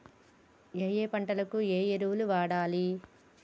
ఏయే పంటకు ఏ ఎరువులు వాడాలి?